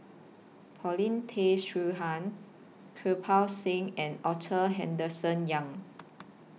Paulin Tay Straughan Kirpal Singh and Arthur Henderson Young